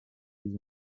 les